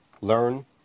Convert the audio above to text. learn